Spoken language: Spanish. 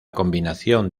combinación